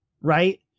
right